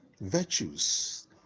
virtues